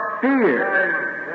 fear